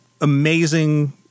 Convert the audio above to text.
amazing –